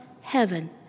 heaven